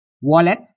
wallet